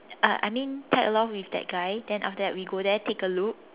uh I mean tag along with that guy then after that we go there take a look